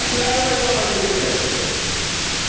that was like one of our biggest hits